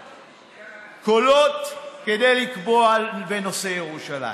קולות כדי לקבוע בנושא ירושלים,